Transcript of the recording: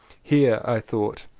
here, i thought,